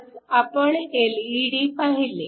आज आपण एलईडी पाहिले